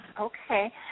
Okay